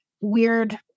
weird